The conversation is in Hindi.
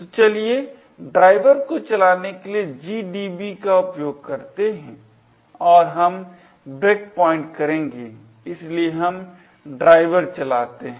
तो चलिए driver को चलाने के लिए GDB का उपयोग करते हैं और हम ब्रेकपॉइंट करेंगे इसलिए हम driver चलाते हैं